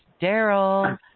Daryl